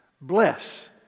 Bless